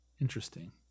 Interesting